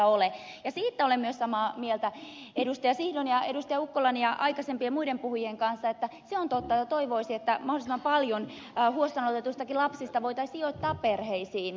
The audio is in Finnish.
siitä olen myös samaa mieltä edustajien sihto ja ukkola ja aikaisempien muiden puhujien kanssa että se on totta että toivoisi että mahdollisimman paljon huostaanotetuistakin lapsista voitaisiin sijoittaa perheisiin